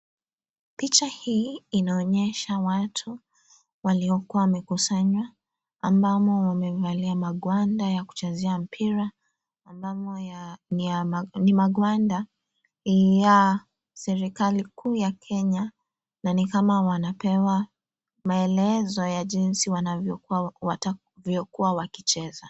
Picha hii inaonyesha watu waliokuwa wamekusanywa ambapo wamevaa magwanda ya kuchezea mpira ambapo ni magwanda ya serikali kuu ya Kenya na ni kama wanapewa maelezo ya jinsi wanavyokuwa watavyokuwa wakicheza.